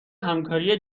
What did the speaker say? همکاری